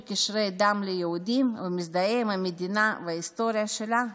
בקשרי דם ליהודים ומזדהים עם המדינה וההיסטוריה שלה,